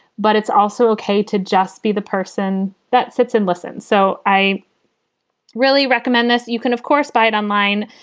but it's also okay to just be the person that sits and listen. so i really recommend this. you can, of course, buy it online.